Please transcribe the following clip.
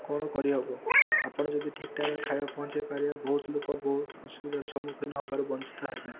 କ'ଣ କରିବା କୁହ ଆପଣ ଯଦି ଠିକ୍ ଟାଇମ୍ରେ ଖାଇବା ପହଞ୍ଚେଇପାରିବେ ବହୁତ ଲୋକ ବହୁତ ଅସୁବିଧାରେ ସମ୍ମୁଖୀନ ହେବାରୁ ବଞ୍ଚିତ ହେବେ